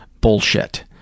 Bullshit